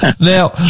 Now